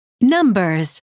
Numbers